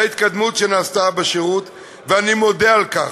להתקדמות שנעשתה בשירות, ואני מודה על כך,